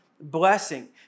blessing